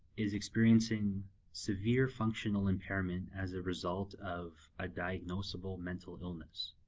is experiencing severe functional impairment as the result of a diagnosable mental illness,